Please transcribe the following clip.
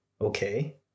okay